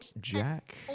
Jack